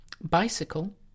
Bicycle